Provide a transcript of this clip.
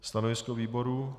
Stanovisko výboru?